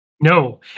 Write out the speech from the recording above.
No